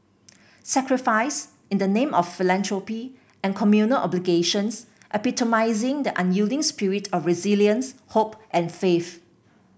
sacrifice in the name of philanthropy and communal obligations epitomising the unyielding spirit of resilience hope and faith